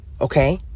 okay